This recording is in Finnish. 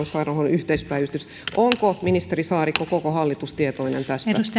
erikoissairaanhoidon yhteispäivystys onko ministeri saarikko koko hallitus tietoinen tästä